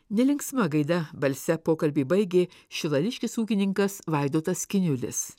nelinksma gaida balse pokalbį baigė šilališkis ūkininkas vaidotas kiniulis